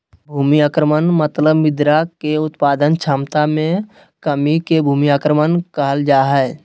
भूमि अवक्रमण मतलब मृदा के उत्पादक क्षमता मे कमी के भूमि अवक्रमण कहल जा हई